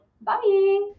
Bye